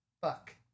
Fuck